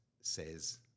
says